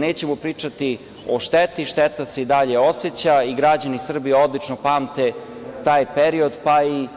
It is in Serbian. Nećemo pričati o šteti, šteta se i dalje oseća i građani Srbije odlično pamte taj period, pa i